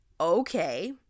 Okay